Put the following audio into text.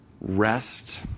rest